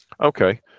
Okay